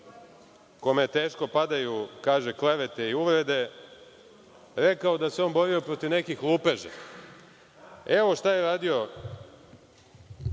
kome teško padaju, kaže, klevete i uvrede rekao da se on borio protiv nekih lupeža. Evo šta je radio